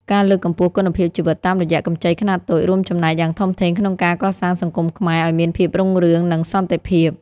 ការលើកកម្ពស់គុណភាពជីវិតតាមរយៈកម្ចីខ្នាតតូច រួមចំណែកយ៉ាងធំធេងក្នុងការកសាងសង្គមខ្មែរឱ្យមានភាពរុងរឿង និងសន្តិភាព។